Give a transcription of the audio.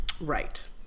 Right